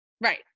Right